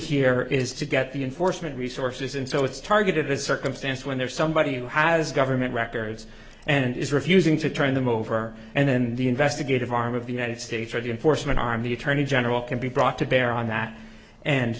here is to get the enforcement resources in so it's targeted a circumstance when there's somebody who has government records and is refusing to turn them over and then the investigative arm of the united states or the unfortunate arm the attorney general can be brought to bear on that and